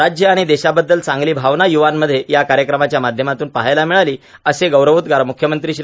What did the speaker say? राज्य आणि देशाबद्दल चांगली भावना य्रवांमध्ये या कार्यक्रमांच्या माध्यमातून पहायला मिळाली असे गौरवोद्गर मुख्यमंत्री श्री